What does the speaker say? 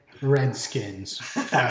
Redskins